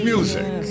Music